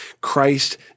Christ